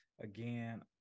again